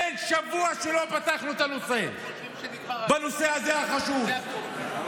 אין שבוע שלא פתחנו בנושא החשוב הזה.